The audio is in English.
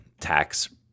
tax